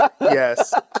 yes